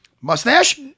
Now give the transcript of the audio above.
mustache